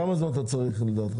כמה זמן אתה צריך לדעתך,